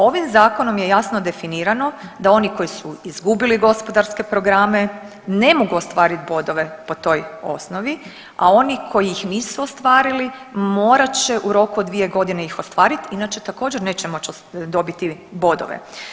Ovim zakonom je jasno definirano da oni koji su izgubili gospodarske programe ne mogu ostvarit bodove po toj osnovi, a oni koji ih nisu ostvarili morat će u roku dvije godine ih ostvariti inače također neće moći dobiti bodove.